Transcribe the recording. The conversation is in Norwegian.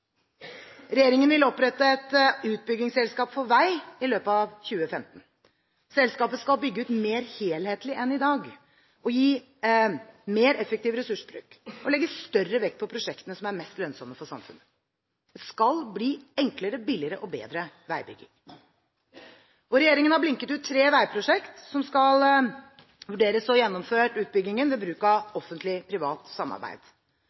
Regjeringen vil opprette et utbyggingsselskap for vei i løpet av 2015. Selskapet skal bygge ut mer helhetlig enn i dag, gi mer effektiv ressursbruk og legge større vekt på prosjektene som er mest lønnsomme for samfunnet. Det skal bli enklere, billigere og bedre veibygging. Regjeringen har blinket ut tre veiprosjekter hvor utbyggingen skal vurderes gjennomført ved bruk av offentlig-privat samarbeid.